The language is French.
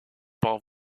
par